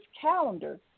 calendar